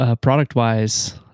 product-wise